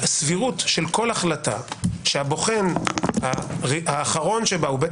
הסבירות של כל החלטה שהבוחן שהאחרון שבה הוא בית